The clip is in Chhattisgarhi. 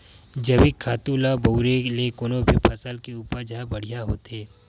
जइविक खातू ल बउरे ले कोनो भी फसल के उपज ह बड़िहा होथे